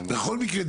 בכל מקרה,